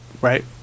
Right